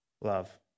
love